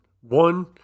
One